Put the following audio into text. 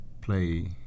play